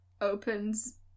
opens